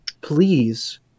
Please